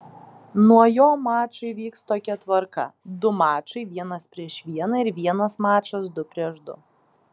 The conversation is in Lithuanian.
nuo jo mačai vyks tokia tvarka du mačai vienas prieš vieną ir vienas mačas du prieš du